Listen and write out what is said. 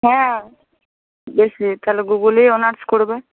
হ্যাঁ বেশ ইয়ে তালে ভূগোলেই অনার্স করবে